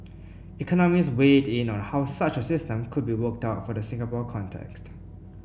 economists weighed in on how such a system could be worked out for the Singapore context